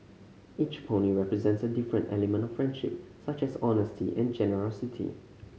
each pony represents a different element of friendship such as honesty and generosity